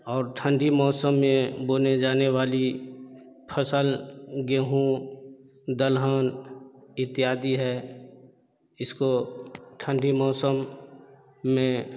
और ठण्डी मौसम में बोने जाने वाली फसल गेहूँ दलहन इत्यादी है इसको ठण्डी मौसम में